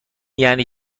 یعنی